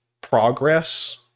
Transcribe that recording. progress